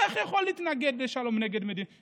איך הוא יכול להתנגד לשלום עם שכנותינו?